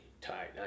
tight